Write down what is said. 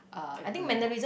agree